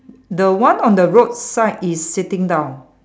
the one on the roadside is sitting down